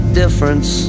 difference